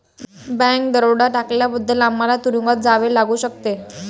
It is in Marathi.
बँक दरोडा टाकल्याबद्दल आम्हाला तुरूंगात जावे लागू शकते